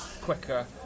quicker